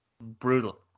brutal